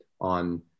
on